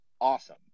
awesome